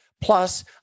Plus